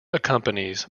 accompanies